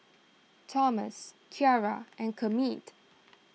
Tomas Kiara and Kermit